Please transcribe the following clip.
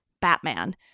Batman